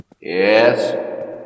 Yes